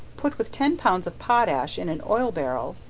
put with ten pounds of potash in an oil barrel,